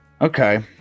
okay